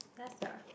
ya sia